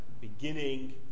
beginning